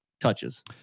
touches